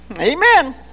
Amen